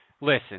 listen